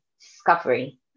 discovery